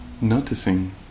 noticing